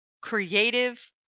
creative